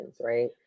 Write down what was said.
right